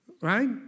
Right